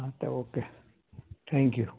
હા તે okay thank you